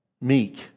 meek